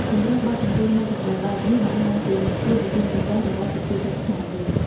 ជម្រើសបទចម្រៀងដ៏សម្បូរបែបនេះបង្ហាញពីរសនិយមចម្រុះ របស់ប្រជាជនខ្មែរយើង។